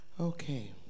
Okay